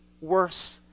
worse